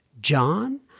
John